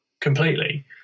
completely